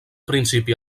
principi